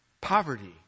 Poverty